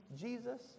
Jesus